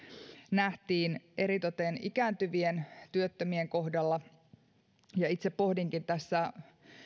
nähtiin eritoten ikääntyvien työttömien kohdalla itse pohdinkin tässä